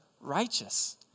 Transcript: righteous